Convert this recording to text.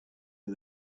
for